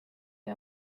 või